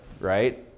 right